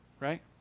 right